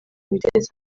biteza